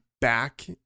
back